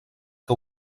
que